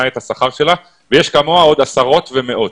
את השכר שלה וכמוה יש עוד עשרות ומאות.